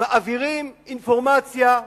מעבירים אינפורמציה,